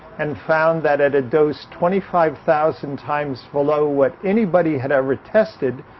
and found that at a dose twenty five thousand times below what anybody had ever tested,